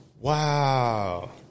Wow